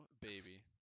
baby